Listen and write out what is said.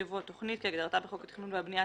יבוא: ""תכנית" כהגדרתה בחוק התכנון והבנייה,